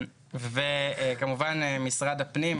וכמובן משרד הפנים,